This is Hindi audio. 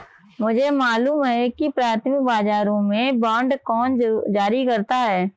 मुझे मालूम है कि प्राथमिक बाजारों में बांड कौन जारी करता है